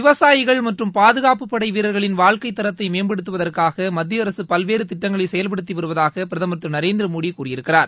விவசாயிகள் மற்றும் பாதுகாப்புப்படை வீரர்களின் வாழ்க்கைத்தரத்தை மேம்படுத்துவதற்காக மத்தியஅரசு பல்வேறு திட்டங்களை செயல்படுத்தி வருவதாக பிரதமர் திரு நரேந்திரமோடி கூறியுள்ளார்